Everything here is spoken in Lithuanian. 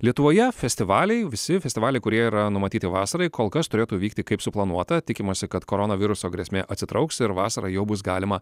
lietuvoje festivaliai visi festivaliai kurie yra numatyti vasarai kol kas turėtų vykti kaip suplanuota tikimasi kad koronaviruso grėsmė atsitrauks ir vasarą jau bus galima